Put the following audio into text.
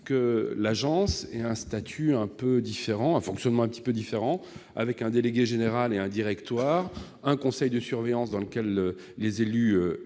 que l'agence ait un statut et un fonctionnement un peu différents, avec un délégué général et un directoire, ainsi qu'un conseil de surveillance, dans lequel les élus